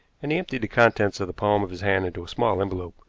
and he emptied the contents of the palm of his hand into a small envelope,